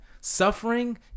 suffering